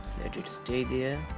let it stay there